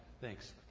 thanks